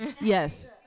Yes